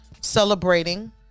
celebrating